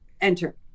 enter